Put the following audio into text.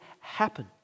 happen